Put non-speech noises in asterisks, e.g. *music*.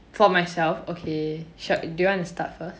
for myself okay *noise* do you want to start first